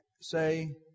say